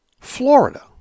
Florida